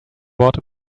bought